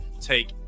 take